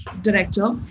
director